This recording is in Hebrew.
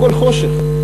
הכול חושך.